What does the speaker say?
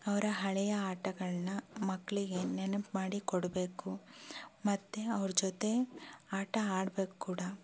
ಅವರ ಹಳೆಯ ಆಟಗಳನ್ನ ಮಕ್ಕಳಿಗೆ ನೆನಪು ಮಾಡಿ ಕೊಡಬೇಕು ಮತ್ತು ಅವ್ರ ಜೊತೆ ಆಟ ಆಡ್ಬೇಕು ಕೂಡ